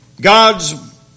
God's